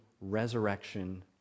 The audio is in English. resurrection